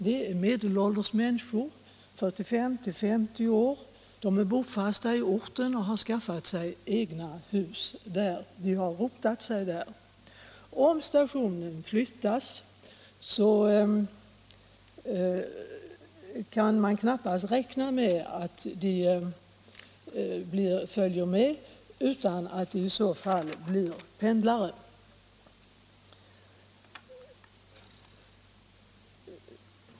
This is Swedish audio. Det rör sig om medelålders människor, 45-50 år. De är bofasta på orten och har skaffat sig egna hus och rotat sig. Om stationen flyttas kan man knappast räkna med att de följer med, utan de blir i så fall pendlare.